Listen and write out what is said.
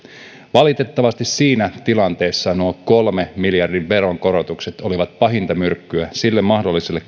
valitettavasti siinä tilanteessa nuo kolmen miljardin veronkorotukset olivat pahinta myrkkyä sille mahdolliselle